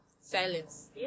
Silence